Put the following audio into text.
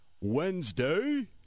Wednesday